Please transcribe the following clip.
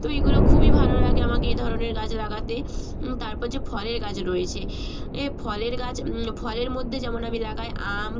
তো এইগুলো খুবই ভালো লাগে আমাকে এ ধরনের গাছ লাগাতে তারপর যে ফলের গাছ রয়েছে এ ফলের গাছ ফলের মধ্যে যেমন আমি লাগাই আম